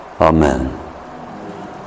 Amen